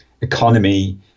economy